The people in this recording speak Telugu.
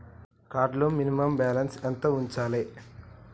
కార్డ్ లో మినిమమ్ బ్యాలెన్స్ ఎంత ఉంచాలే?